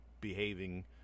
behaving